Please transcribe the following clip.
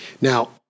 Now